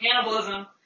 cannibalism